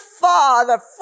Father